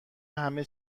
همه